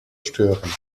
stören